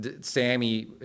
Sammy